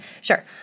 Sure